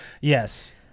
Yes